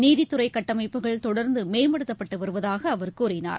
நீதித்துறைகட்டமைப்புகள் தொடர்ந்துமேம்படுத்தப்பட்டுவருவதாகஅவர் கூறினார்